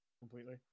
Completely